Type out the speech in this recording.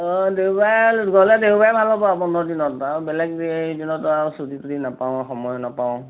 অ দেওবাৰে গ'লে দেওবাৰে ভাল হ'ব আৰু বন্ধৰ দিন আৰু বেলেগ দিনত আৰু ছুটি টুটি নাপাওঁ আৰু সময় নাপাওঁ